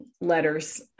letters